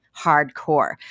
hardcore